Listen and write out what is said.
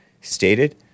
stated